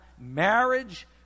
Marriage